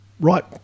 right